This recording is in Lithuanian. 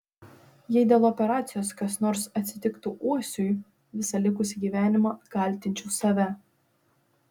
jei dėl operacijos kas nors atsitiktų uosiui visą likusį gyvenimą kaltinčiau save